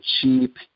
cheap